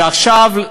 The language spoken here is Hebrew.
ועכשיו,